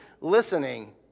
listening